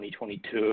2022